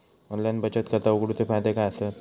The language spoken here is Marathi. ऑनलाइन बचत खाता उघडूचे फायदे काय आसत?